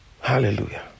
Hallelujah